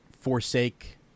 forsake